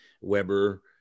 Weber